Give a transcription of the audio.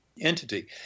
entity